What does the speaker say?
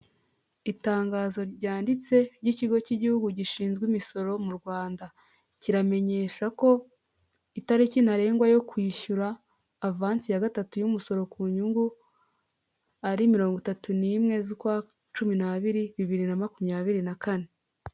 Itangazo ryanditse ry'ikigo cy'Igihugu gishinzwe imisoro mu Rwanda kiramenyesha ko itariki ntarengwa yo kwishyura avansi ya gatatu y'umusoro ku nyungu ari mirongo itatu n'imwe z'ukwa cumi n'abiri, bibiri na makumyabiri na kane.